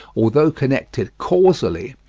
although connected causally,